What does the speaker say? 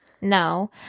No